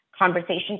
conversation